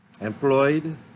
Employed